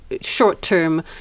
short-term